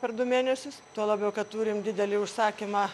per du mėnesius tuo labiau kad turim didelį užsakymą